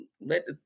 let